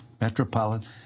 metropolitan